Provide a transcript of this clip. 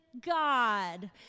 God